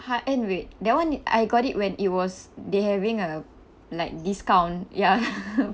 with that one I got it when it was they having a like discount ya